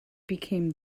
became